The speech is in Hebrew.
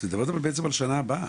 את מדברת בעצם על שנה הבאה.